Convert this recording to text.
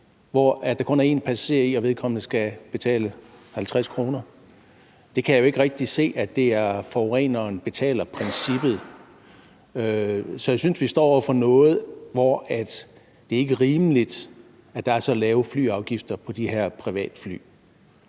som der kun er en passager i, og der skal vedkommende betale 50 kr. Det kan jeg jo ikke rigtig se er forureneren betaler-princippet. Så jeg synes, at vi står over for noget, der ikke er rimeligt, nemlig at der er så lave flyafgifter på de her privatfly.